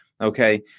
Okay